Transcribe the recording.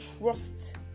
trust